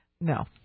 No